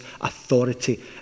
authority